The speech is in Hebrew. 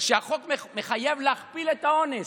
והחוק מחייב להכפיל את העונש.